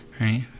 Right